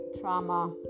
trauma